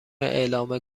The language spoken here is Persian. اعلام